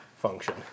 function